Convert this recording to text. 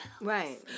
Right